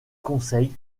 conseil